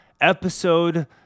episode